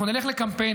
אנחנו נלך לקמפיין,